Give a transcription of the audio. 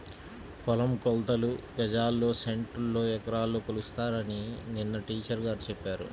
పొలం కొలతలు గజాల్లో, సెంటుల్లో, ఎకరాల్లో కొలుస్తారని నిన్న టీచర్ గారు చెప్పారు